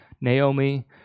Naomi